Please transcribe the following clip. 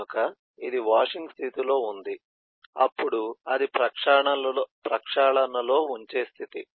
కనుక ఇది వాషింగ్ స్థితిలో ఉంది అప్పుడు అది ప్రక్షాళన లో ఉంచే స్థితి